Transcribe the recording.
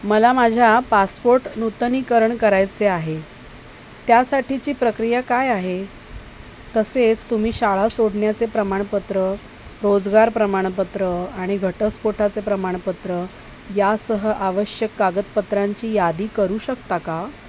मला माझ्या पासपोट नूतनीकरण करायचे आहे त्यासाठीची प्रक्रिया काय आहे तसेच तुम्ही शाळा सोडण्याचे प्रमाणपत्र रोजगार प्रमाणपत्र आणि घटस्फोटाचे प्रमाणपत्र यासह आवश्यक कागदपत्रांची यादी करू शकता का